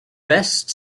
best